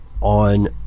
on